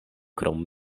krom